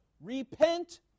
Repent